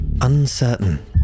uncertain